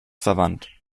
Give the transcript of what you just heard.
verwandt